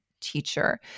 teacher